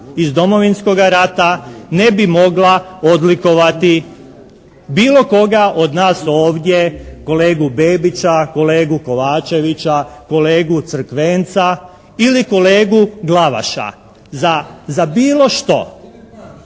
iz Domovinskoga rata ne bi mogla odlikovati bilo koga od nas ovdje kolegu Bebića, kolegu Kovačevića, kolegu Crkvenca ili kolegu Glavaša za bilo što?